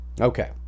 okay